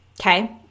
okay